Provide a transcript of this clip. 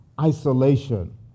isolation